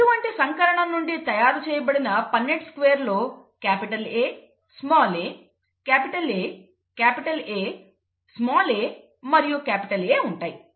ఇటువంటి సంకరణం నుండి తయారుచేయబడిన పన్నెట్ స్క్వేర్ లో capital A small a capital A capital A small a మరియు క్యాపిటల్ A ఉంటాయి